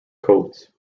codes